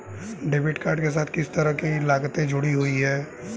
Debit card के साथ किस तरह की लागतें जुड़ी हुई हैं?